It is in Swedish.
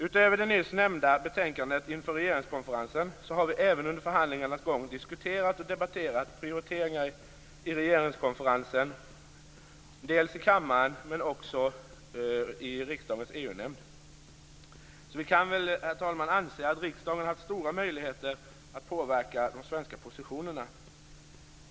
Utöver det nyss nämnda betänkandet inför regeringskonferensen har vi under förhandlingarnas gång även diskuterat och debatterat olika prioriteringar i regeringskonferensen, dels i kammaren, dels i riksdagens EU-nämnd. Så vi kan väl, herr talman, anse att riksdagen har haft stora möjligheter att påverka de svenska positionerna.